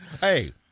Hey